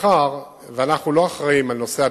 מאחר שאנחנו לא אחראים לנושא הביטוח,